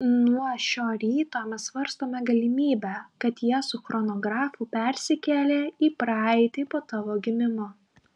nuo šio ryto mes svarstome galimybę kad jie su chronografu persikėlė į praeitį po tavo gimimo